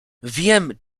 wiem